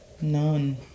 None